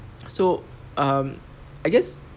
so um I guess